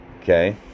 Okay